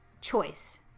choice